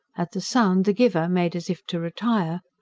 at the sound the giver made as if to retire.